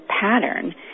pattern